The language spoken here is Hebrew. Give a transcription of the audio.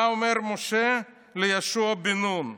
מה אומר משה ליהושע בן-נון?